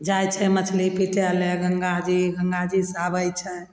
जाइ छै मछली पीटय लए गंगा जी गंगा जीसँ आबय छै